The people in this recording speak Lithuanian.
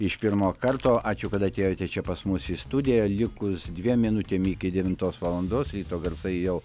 iš pirmo karto ačiū kad atėjote čia pas mus į studiją likus dviem minutėm iki devintos valandos ryto garsai jau